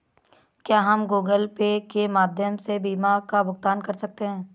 क्या हम Google pay के माध्यम से बीमा का भुगतान कर सकते हैं?